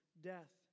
death